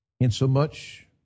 insomuch